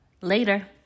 later